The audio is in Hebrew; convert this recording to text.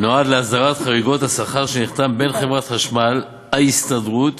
נועד להסדרת חריגות השכר שנחתם בין חברת החשמל להסתדרות